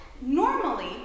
normally